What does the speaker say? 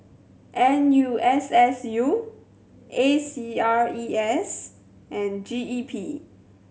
N U S S U A C R E S and G E P